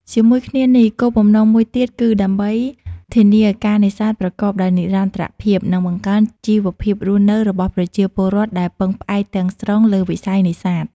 ជាមួយគ្នានេះ គោលបំណងមួយទៀតគឺដើម្បី ធានាការនេសាទប្រកបដោយនិរន្តរភាព និងបង្កើនជីវភាពរស់នៅរបស់ប្រជាពលរដ្ឋដែលពឹងផ្អែកទាំងស្រុងលើវិស័យនេសាទ។